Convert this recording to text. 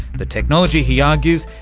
the technology, he argues,